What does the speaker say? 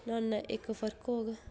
नुआढ़े नै इक फर्क होग